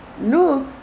look